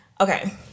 okay